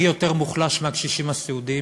מי יותר מוחלש מהקשישים הסיעודיים?